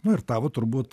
nu ir tavo turbūt